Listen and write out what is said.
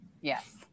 Yes